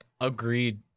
Agreed